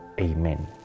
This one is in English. amen